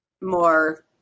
more